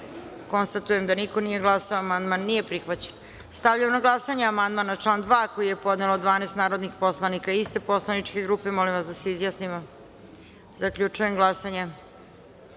konstatujem da niko nije glasao. Amandman nije prihvaćen. Stavljam na glasanje amandman na član 2. koji je podnelo 12 narodnih poslanika iste poslaničke grupe. Molim vas da se izjasnimo. Zaključujem glasanje